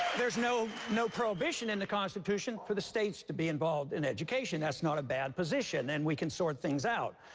there's no no prohibition in the constitution for the states to be involved in education. that's not a bad position and we can sort things out.